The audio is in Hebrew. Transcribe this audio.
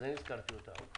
אז אני הזכרתי אותן.